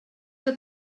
que